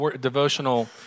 devotional